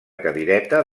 cadireta